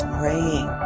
praying